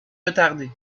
retardés